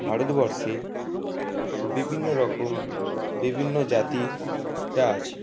ভারতবর্ষে বিভিন্ন রকম বিভিন্ন জাতিরা আছে